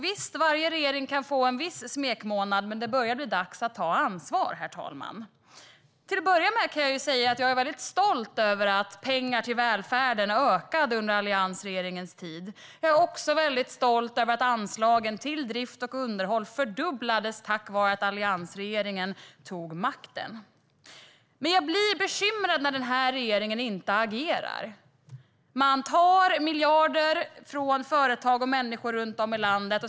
Visst, varje regering kan få en smekmånad, men det börjar bli dags att ta ansvar, herr talman. Till att börja med kan jag säga att jag är väldigt stolt över att pengarna till välfärden ökade under alliansregeringens tid. Jag är också väldigt stolt över att anslagen till drift och underhåll fördubblades tack vare att alliansregeringen tog makten. Men jag blir bekymrad när den här regeringen inte agerar. Man tar miljarder från företag och människor runt om i landet.